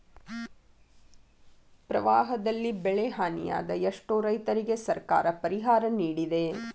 ಪ್ರವಾಹದಲ್ಲಿ ಬೆಳೆಹಾನಿಯಾದ ಎಷ್ಟೋ ರೈತರಿಗೆ ಸರ್ಕಾರ ಪರಿಹಾರ ನಿಡಿದೆ